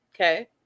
Okay